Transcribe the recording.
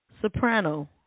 Soprano